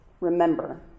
Remember